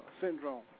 syndrome